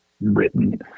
written